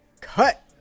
cut